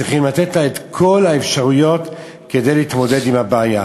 צריכים לתת לה את כל האפשרויות כדי להתמודד עם הבעיה.